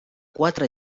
quatre